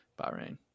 Bahrain